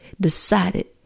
decided